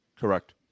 Correct